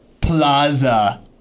Plaza